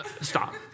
Stop